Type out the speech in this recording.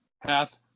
hath